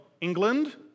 England